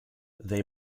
they